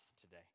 today